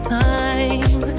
time